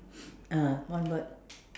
ah one word